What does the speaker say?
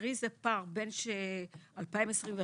תראי איזה פער בין 2001 ח-2002,